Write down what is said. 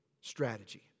strategy